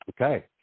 Okay